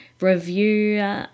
review